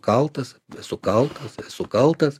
kaltas esu kaltas esu kaltas